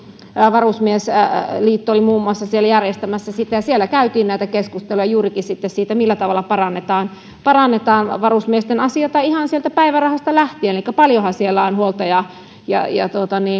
varusmiesliitto oli muun muassa järjestämässä ja siellä käytiin näitä keskusteluja juurikin siitä millä tavalla parannetaan parannetaan varusmiesten asioita ihan sieltä päivärahasta lähtien elikkä paljonhan siellä on huolta